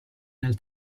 nel